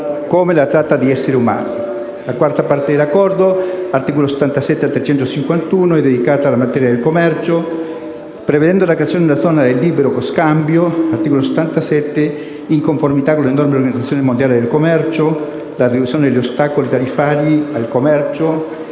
come la tratta di esseri umani. La quarta parte dell'Accordo (articoli da 77 a 351) è dedicata alla materia del commercio, prevedendo la creazione di una zona di libero scambio (articolo 77), in conformità con le norme dell'Organizzazione mondiale del commercio (articolo 78), la riduzione degli ostacoli tariffari e non al commercio.